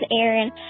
Aaron